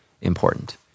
important